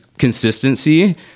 consistency